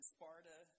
Sparta